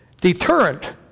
Deterrent